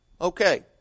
Okay